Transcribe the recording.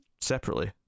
separately